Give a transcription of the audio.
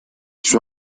suo